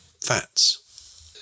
Fats